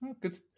Good